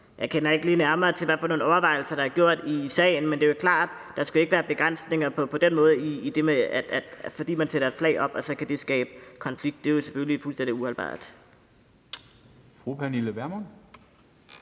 Jeg kender ikke lige nærmere til, hvad for nogle overvejelser der er gjort i sagen, men det er klart, at der ikke skal være begrænsninger på den måde, at det kan skabe konflikt, at man sætter et flag op. Det er selvfølgelig fuldstændig uholdbart.